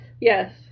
Yes